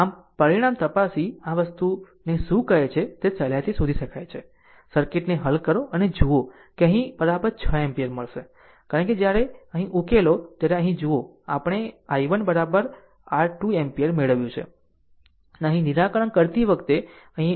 આમ પરિણામ તપાસી આ વસ્તુને શું કહે છે તે સહેલાઇથી શોધી શકાય છે સર્કિટને હલ કરો અને જુઓ કે અહીં 6 એમ્પીયર મળશે કારણ કે જ્યારે અહીં ઉકેલો ત્યારે અહીં જુઓ આપણે i1 r 2 એમ્પીયર મેળવ્યું છે અને અહીં નિરાકરણ કરતી વખતે અહીં